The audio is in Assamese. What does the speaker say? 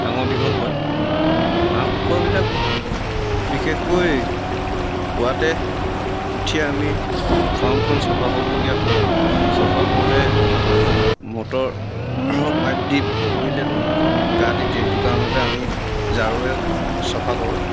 ডাঙৰ দীঘল হয় আৰু হাঁহ কুকুৰাবিলাক বিশেষকৈ পুৱাতে উঠিয়ে আমি ফাৰ্মখন চফা কৰিবলগীয়া হয় চফা কৰোঁতে মটৰ পাইপ দি কৰিলেতো সিহঁতক গা তিতে সেইটো কাৰণতে আমি ঝাৰুৱে চফা কৰোঁ